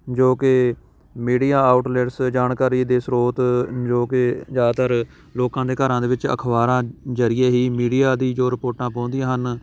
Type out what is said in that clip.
ਜੋ ਕਿ media outlets ਜਾਣਕਾਰੀ ਦੇ ਸਰੋਤ ਜੋ ਕਿ ਜ਼ਿਆਦਾਤਰ ਲੋਕਾਂ ਦੇ ਘਰਾਂ ਦੇ ਵਿੱਚ ਅਖ਼ਬਾਰਾਂ ਜਰੀਏ ਹੀ ਮੀਡੀਆ ਦੀ ਜੋ ਰਿਪੋਰਟਾਂ ਪਹੁੰਚਦੀਆਂ ਹਨ